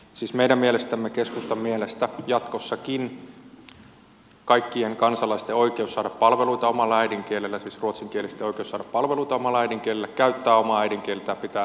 siis meidän mielestämme keskustan mielestä jatkossakin kaikkien kansalaisten oikeus saada palveluita omalla äidinkielellään siis ruotsinkielisten oikeus saada palveluita omalla äidinkielellään käyttää omaa äidinkieltään pitää totta kai turvata